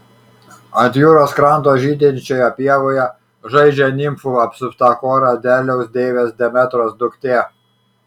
ant jūros kranto žydinčioje pievoje žaidžia nimfų apsupta kora derliaus deivės demetros duktė